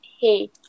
Hey